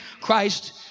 Christ